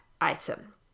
item